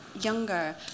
younger